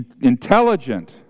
intelligent